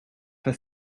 for